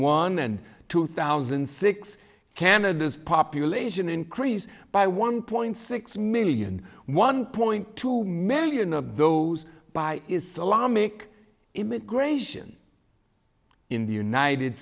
one and two thousand and six canada's population increase by one point six million one point two million of those by is a law make immigration in the united